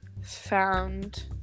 found